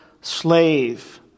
slave